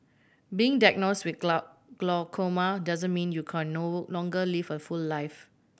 being diagnosed with glaucoma doesn't mean you can no longer live a full life